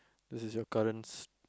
this is your currents